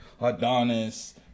Adonis